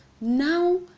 now